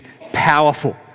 powerful